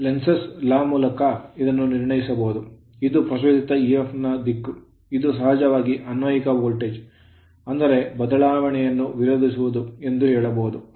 ಇದನ್ನು Lenz's law Lenz ನ ಕಾನೂನಿನಿಂದ ನಿರ್ಣಯಿಸಬಹುದು ಇದು ಪ್ರಚೋದಿತ EMF ನ ದಿಕ್ಕು ಇದು ಸಹಜವಾಗಿ ಅನ್ವಯಿಕ ವೋಲ್ಟೇಜ್ ಅಂದರೆ ಬದಲಾವಣೆಯನ್ನು ವಿರೋಧಿಸುವುದು ಎಂದು ಹೇಳಬಹುದು